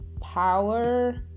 power